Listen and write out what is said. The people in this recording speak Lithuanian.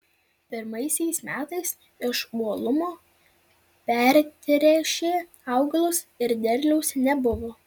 pirmaisiais metais iš uolumo pertręšė augalus ir derliaus nebuvo